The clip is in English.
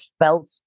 felt